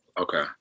Okay